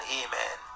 amen